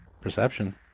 Perception